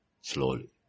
slowly